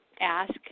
ask